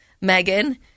megan